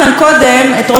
הוא התחיל את הנאום שלו,